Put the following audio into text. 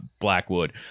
Blackwood